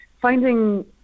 finding